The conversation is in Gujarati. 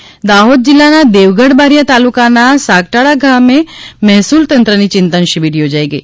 દાહોદ શિબિર દાહોદ જિલ્લાના દેવગઢ બારીયા તાલુકાના સાગરાળા ખાતે મહેસૂલ તંત્રની ચિંતન શિબીર યોજાઇ ગઇ